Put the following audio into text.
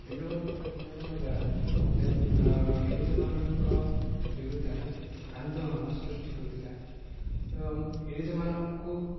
ଦୀନବନ୍ଧୁ ଖଣ୍ଡୁଆଳଙ୍କ ଦ୍ୱାରା ଇଂରେଜମାନଙ୍କ ବିରୁଦ୍ଧରେ ଆନ୍ଦୋଳନ ସୃଷ୍ଟି ହୋଇଥିଲା ଏବଂ ଇଂରେଜମାନଙ୍କୁ